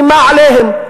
היא איימה עליהם,